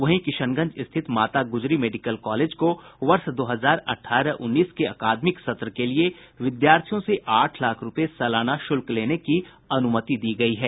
वहीं किशनगंज स्थित Mata Gujri medical college को वर्ष दो हजार अठारह उन्नीस के अकादमिक सत्र के लिए विद्याथियों से आठ लाख रूपये सालाना शुल्क लेने की अनुमति दी गयी है